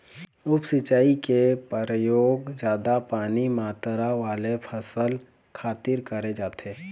उप सिंचई के परयोग जादा पानी मातरा वाले फसल खातिर करे जाथे